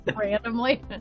randomly